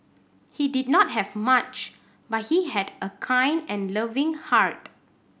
he did not have much but he had a kind and loving heart